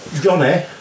Johnny